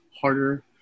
harder